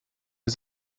der